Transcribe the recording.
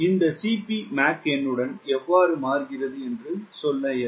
இந்த Cp Mach எண்ணுடன் எவ்வாறு மாறுகிறது என்று சொல்ல இயலும்